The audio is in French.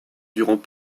durant